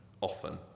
often